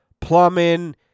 plumbing